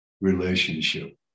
relationship